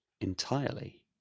entirely